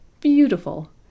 Beautiful